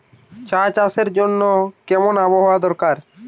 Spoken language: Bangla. চা চাষের জন্য কেমন আবহাওয়া দরকার?